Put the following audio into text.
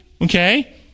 Okay